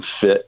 fit